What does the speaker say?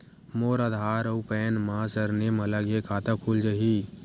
मोर आधार आऊ पैन मा सरनेम अलग हे खाता खुल जहीं?